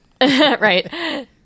right